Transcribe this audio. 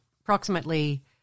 approximately